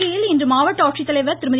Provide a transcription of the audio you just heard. உதகையில் இன்று மாவட்ட ஆட்சித்தலைவர் திருமதி